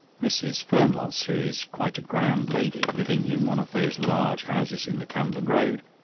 mrs. fernlosse, who is quite a grand lady, living in one of those large houses in the camden road,